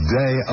day